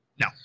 No